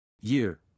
Year